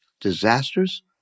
disasters